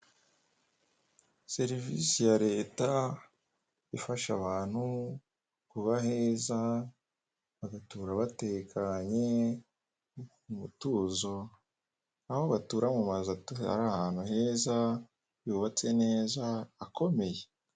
Serivisi ya leta ifasha abantu kuba heza bagatura batekanye mu mutuzo aho batura mu mazu atuwe n'ahantu heza yubatse neza akomeye.